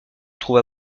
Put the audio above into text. trouve